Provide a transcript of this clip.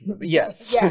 yes